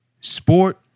Sport